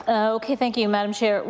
ok, thank you, madam chair.